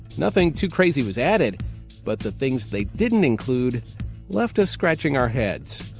nothing too crazy was added but the things they didn't include left us scratching our heads.